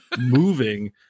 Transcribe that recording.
moving